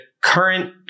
current